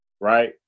right